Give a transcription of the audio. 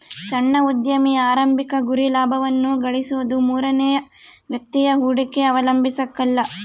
ಸಣ್ಣ ಉದ್ಯಮಿಯ ಆರಂಭಿಕ ಗುರಿ ಲಾಭವನ್ನ ಗಳಿಸೋದು ಮೂರನೇ ವ್ಯಕ್ತಿಯ ಹೂಡಿಕೆ ಅವಲಂಬಿಸಕಲ್ಲ